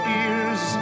ears